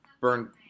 burn